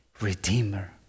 Redeemer